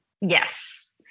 Yes